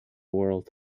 world